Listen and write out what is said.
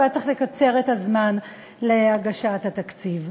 הוא היה צריך לקצר את הזמן להגשת התקציב.